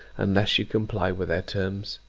unless you comply with their terms?